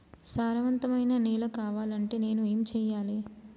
సారవంతమైన నేల కావాలంటే నేను ఏం చెయ్యాలే?